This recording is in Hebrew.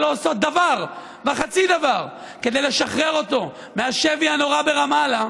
שלא עושות דבר וחצי דבר כדי לשחרר אותו מהשבי הנורא ברמאללה,